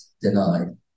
denied